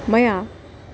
मया